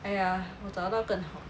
哎呀我找到更好的